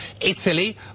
Italy